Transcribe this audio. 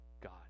God